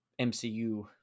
MCU